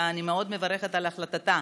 אני מאוד מברכת על החלטתה,